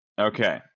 Okay